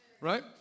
Right